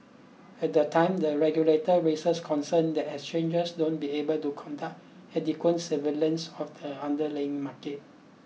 at the time the regulator raises concern that exchanges won't be able to conduct adequate surveillance of the underlaying market